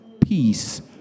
peace